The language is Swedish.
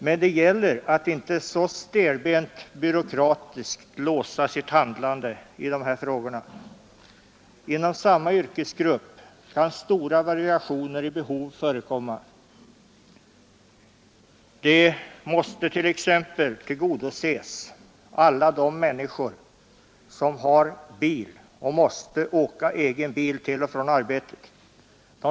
Men det gäller att inte så stelbent byråkratiskt låsa sitt handlande i dessa frågor. Inom samma yrkesgrupp kan stora variationer i behov förekomma. Alla de människor som t.ex. måste åka med egen bil till och från arbetet måste tillgodoses.